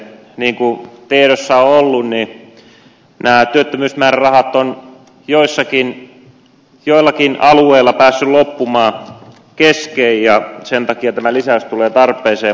niin kuin tiedossa on ollut työllisyysmäärärahat ovat joillakin alueilla päässeet loppumaan kesken ja sen takia tämä lisäys tulee tarpeeseen